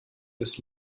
das